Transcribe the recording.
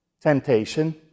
Temptation